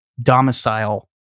domicile